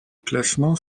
classement